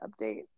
update